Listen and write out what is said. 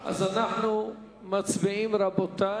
אז אנחנו מצביעים, רבותי.